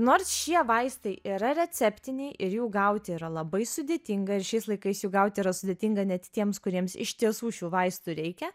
nors šie vaistai yra receptiniai ir jų gauti yra labai sudėtinga ir šiais laikais jų gauti yra sudėtinga net tiems kuriems iš tiesų šių vaistų reikia